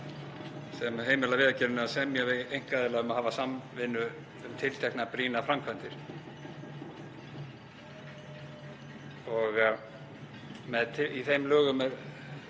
sem heimila Vegagerðinni að semja við einkaaðila um að hafa samvinnu um tilteknar brýnar framkvæmdir. Í þeim lögum er